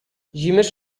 җимеш